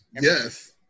Yes